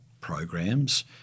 programs